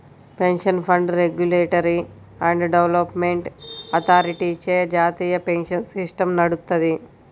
pension fund regulatory and development అథారిటీచే జాతీయ pension system నడుత్తది